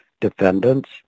defendants